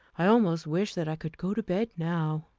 i almost wish that i could go to bed now.